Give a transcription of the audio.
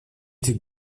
этих